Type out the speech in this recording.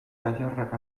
tailerrak